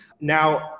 Now